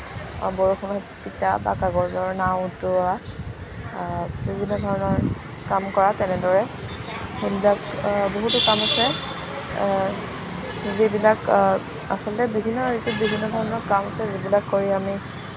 বৰষুণত তিতা বা কাগজৰ নাও উটুৱা বিভিন্ন ধৰণৰ কাম কৰা তেনেদৰে সেনেদৰে বহুতো কাম আছে যিবিলাক আচলতে বিভিন্ন ঋতুত বিভিন্ন কাম আছে যিবিলাক কৰি আমি